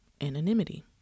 anonymity